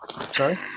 Sorry